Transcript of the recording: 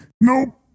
Nope